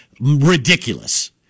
ridiculous